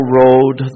road